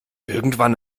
irgendwann